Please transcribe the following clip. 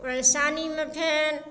ओहि सानीमे फेर